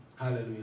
Hallelujah